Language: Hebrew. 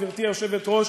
גברתי היושבת-ראש,